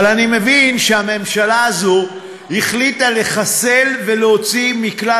אבל אני מבין שהממשלה הזאת החליטה לחסל ולהוציא מכלל